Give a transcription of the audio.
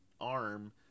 arm